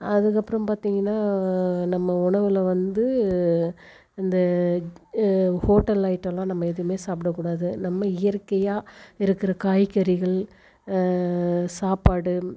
அதுக்கப்புறம் பார்த்தீங்கன்னா நம்ம உணவில் வந்து இந்த ஹோட்டல் ஐட்டம்லாம் நம்ம எதுமே சாப்பிடக் கூடாது நம்ம இயற்கையாக இருக்குகிற காய்கறிகள் சாப்பாடு